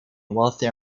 wealthy